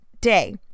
day